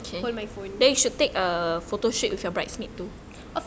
on my phone